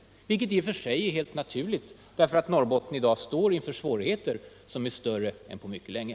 En sådan inriktning av insatserna är i och för sig helt naturlig, eftersom Norrbotten i dag står inför svårigheter som är större än på mycket länge.